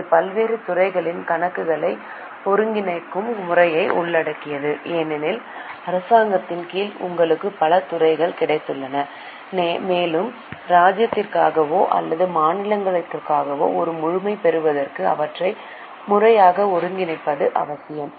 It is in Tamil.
இது பல்வேறு துறைகளின் கணக்குகளை ஒருங்கிணைக்கும் முறையை உள்ளடக்கியது ஏனெனில் அரசாங்கத்தின் கீழ் உங்களுக்கு பல துறைகள் கிடைத்துள்ளன மேலும் ராஜ்யத்திற்காகவோ அல்லது மாநிலத்திற்காகவோ ஒரு முழுமை பெறுவதற்கு அவற்றை முறையாக ஒருங்கிணைப்பது அவசியம்